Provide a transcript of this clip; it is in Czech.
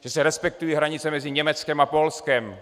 Že se respektují hranice mezi Německem a Polskem.